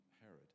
Herod